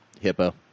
Hippo